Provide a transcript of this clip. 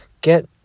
get